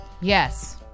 Yes